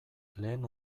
lehen